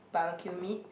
barbecue meat